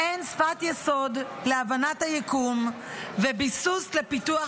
מעין שפת יסוד להבנת היקום וביסוס לפיתוח